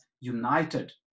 united